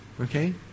okay